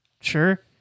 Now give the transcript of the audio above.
Sure